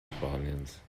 spaniens